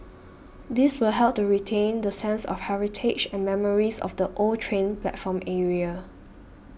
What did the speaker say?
this will help to retain the sense of heritage and memories of the old train platform area